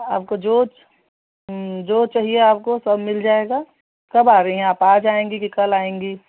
आपको जो जो चाहिए आपको सब मिल जाएगा कब आ रही हैं आप आज आएँगी कि कल आएँगी